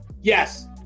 Yes